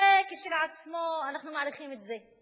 זה כשלעצמו, אנחנו מעריכים את זה.